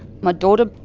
my daughter,